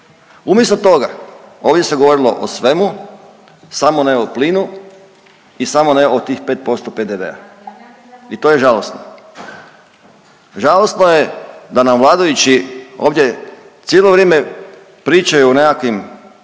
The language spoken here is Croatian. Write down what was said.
Umjesto toga, ovdje se govorilo o svemu samo ne o plinu i samo ne o tih 5% PDV-a i to je žalosno. Žalosno je da nam vladajući ovdje cijelo vrijeme pričaju o nekakvim